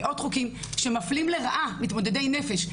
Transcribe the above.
מאות חוקים שמפלים לרעה מתמודדי נפש,